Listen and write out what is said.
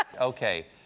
Okay